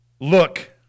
Look